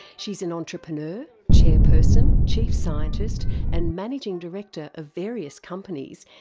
she's an entrepreneur, chairperson, chief scientist and managing director of various companies,